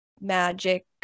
magic